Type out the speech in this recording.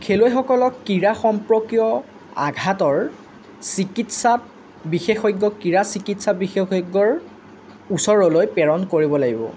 খেলুৱৈসকলক ক্ৰীড়া সম্পৰ্কীয় আঘাতৰ চিকিৎসাত বিশেষজ্ঞ ক্ৰীড়া চিকিৎসা বিশেষজ্ঞৰ ওচৰলৈ প্ৰেৰণ কৰিব লাগিব